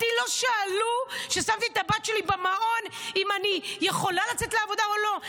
אותי לא שאלו כששמתי את הבת שלי במעון אם אני יכולה לצאת לעבודה או לא.